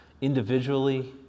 individually